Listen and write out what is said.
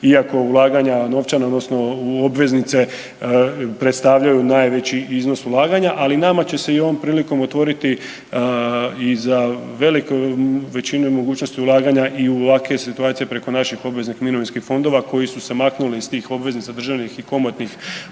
iako ulaganja novčana odnosno u obveznice predstavljaju najveći iznos ulaganja, ali nama će se i ovom prilikom otvoriti i za veliku većinu i mogućnost ulaganja i u ovakve situacije preko naših obveznih mirovinskih fondova koji su se maknuli iz tih obveznica državnih i komotnih